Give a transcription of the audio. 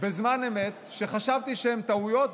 בזמן אמת שחשבתי שהן טעויות,